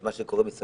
את מה שקורה מסביב,